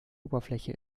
oberfläche